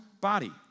body